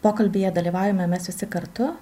pokalbyje dalyvaujame mes visi kartu